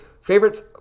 favorites